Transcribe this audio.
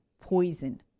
poison